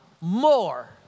more